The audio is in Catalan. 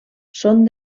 són